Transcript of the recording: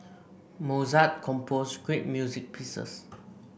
Mozart composed great music pieces